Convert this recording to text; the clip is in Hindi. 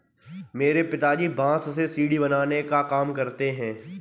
मेरे पिताजी बांस से सीढ़ी बनाने का काम करते हैं